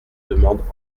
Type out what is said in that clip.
demande